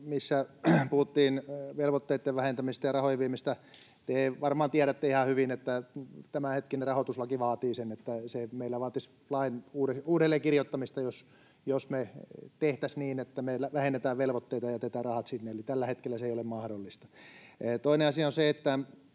missä puhuttiin velvoitteitten vähentämisestä ja rahojen viemisestä. Te varmaan tiedätte ihan hyvin, että tämänhetkinen rahoituslaki vaatii sen ja että se meillä vaatisi lain uudelleen kirjoittamista, jos me tehtäisiin niin, että me vähennetään velvoitteita ja jätetään rahat sinne, eli tällä hetkellä se ei ole mahdollista. Toinen asia on se, että,